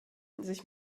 sich